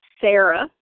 Sarah